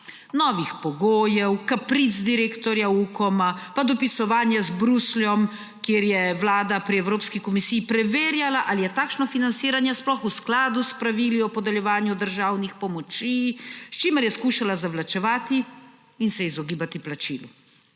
novih pogojev, kapric direktorja Ukoma, pa dopisovanje z Brusljem, kjer je Vlada pri Evropski komisiji preverjala ali je takšno financiranje sploh v skladu s pravili o podeljevanju državnih pomoči, s čimer je skušala zavlačevati in se izogibati plačilu.